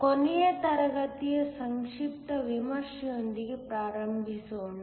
ಕೊನೆಯ ತರಗತಿಯ ಸಂಕ್ಷಿಪ್ತ ವಿಮರ್ಶೆಯೊಂದಿಗೆ ಪ್ರಾರಂಭಿಸೋಣ